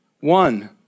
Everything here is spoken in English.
One